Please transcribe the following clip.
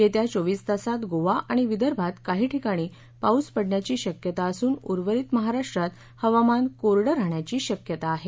येत्या चोवीस तासात गोवा आणि विदर्भात काही ठिकाणी पाऊस पडण्याची शक्यता असून उर्वरित महाराष्ट्रात हवामान कोरडं राहण्याची शक्यता आहे